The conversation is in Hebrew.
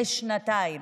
לשנתיים.